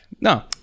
No